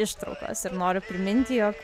ištraukos ir noriu priminti jog